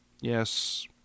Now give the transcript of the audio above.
Yes